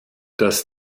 das